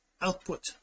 output